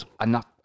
enough